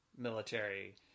military